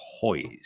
poised